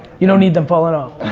you don't need them falling off.